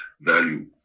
value